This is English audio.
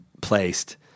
placed